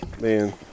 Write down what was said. Man